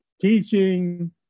teaching